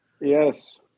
Yes